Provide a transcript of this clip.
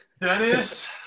Dennis